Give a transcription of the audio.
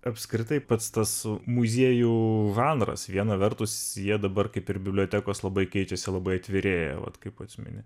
apskritai pats tas muziejų žanras viena vertus jie dabar kaip ir bibliotekos labai keičiasi labai atvirėja vat kaip pats mini